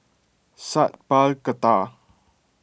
Sat Pal Khattar